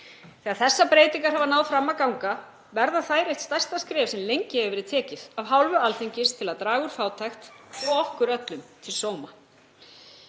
Þegar þessar breytingar hafa náð fram að ganga verða þær eitt stærsta skref sem lengi hefur verið tekið af hálfu Alþingis til að draga úr fátækt, og okkur öllum til sóma.